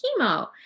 chemo